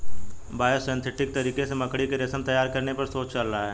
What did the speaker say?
biosynthetic तरीके से मकड़ी के रेशम तैयार करने पर शोध चल रहा है